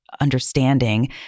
understanding